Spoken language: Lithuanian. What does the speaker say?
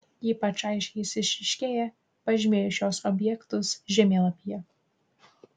ypač aiškiai jis išryškėja pažymėjus šiuos objektus žemėlapyje